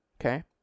Okay